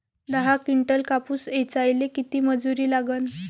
दहा किंटल कापूस ऐचायले किती मजूरी लागन?